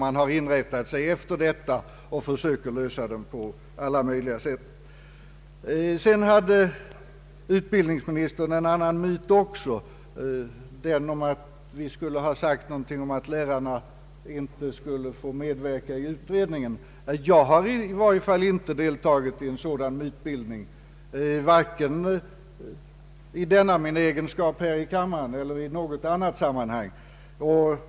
Man har inrättat sig efter detta och försöker finna lösningar. Utbildningsministern talade också om en annan myt, den att vi skulle sagt något om att lärarna inte skulle fått medverka i utredningen. Jag har i varje fall inte deltagit i en sådan mytbildning vare sig i min egenskap av riksdagsman eller i något annat sammanhang.